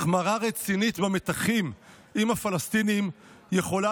החמרה רצינית במתחים עם הפלסטינים יכולה